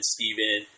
Steven